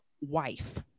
wife